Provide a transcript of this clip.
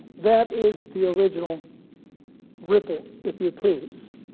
that is the original ripple if you please.